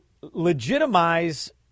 legitimize